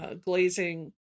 glazing